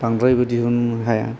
बांद्रायबो दिहुननो हाया